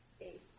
eight